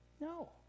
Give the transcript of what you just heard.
No